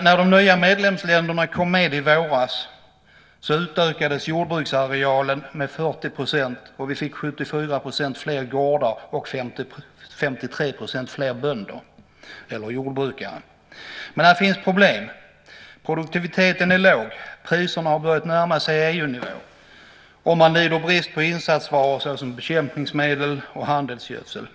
När de nya medlemsländerna kom med i våras utökades jordbruksarealen med 40 %, och det blev 74 % fler gårdar och 53 % fler jordbrukare. Men här finns problem. Produktiviteten är låg, priserna har börjat att närma sig EU-nivå och man lider brist på insatsvaror såsom bekämpningsmedel och gödsel.